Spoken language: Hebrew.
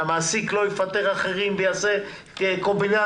שהמעסיק לא יפטר אחרים ויעשה קומבינציה.